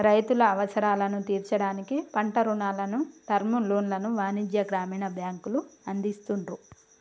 రైతుల అవసరాలను తీర్చడానికి పంట రుణాలను, టర్మ్ లోన్లను వాణిజ్య, గ్రామీణ బ్యాంకులు అందిస్తున్రు